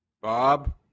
Bob